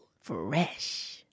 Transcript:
fresh